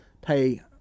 pay